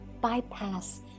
bypass